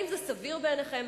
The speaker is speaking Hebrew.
האם זה סביר בעיניכם?